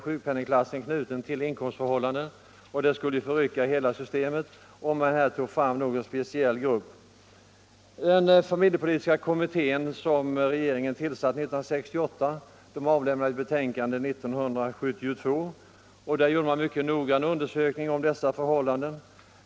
Sjukpenningklassen är knuten till inkomstförhållandena, och det skulle förrycka systemet om man särbehandlade en speciell grupp. Familjepolitiska kommittén, som regeringen tillsatte 1968 och som avlämnade sitt betänkande 1972, gjorde en mycket noggrann undersökning av dessa förhållanden.